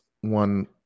one